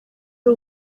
ari